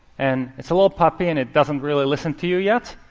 and it's a little puppy, and it doesn't really listen to you yet.